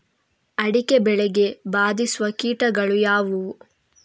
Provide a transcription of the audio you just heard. ಅಡಿಕೆ ಬೆಳೆಗೆ ಬಾಧಿಸುವ ಕೀಟಗಳು ಯಾವುವು?